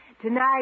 Tonight